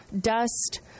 dust